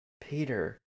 Peter